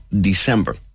December